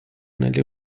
nelle